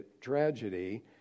tragedy